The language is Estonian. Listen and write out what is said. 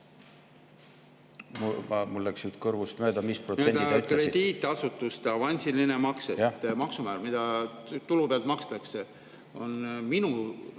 Mul läks nüüd kõrvust mööda, mis protsendiga … Krediidiasutuste avansiliste maksete maksumäär, mida tulu pealt makstakse – minu